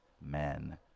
men